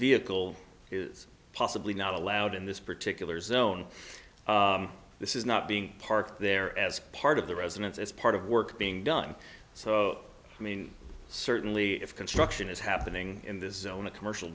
vehicle is possibly not allowed in this particular zone this is not being parked there as part of the residence as part of work being done so i mean certainly if construction is happening in this is own a commercial